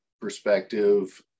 perspective